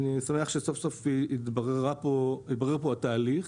אני שמח שסוף-סוף התברר פה התהליך,